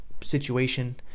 situation